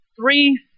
three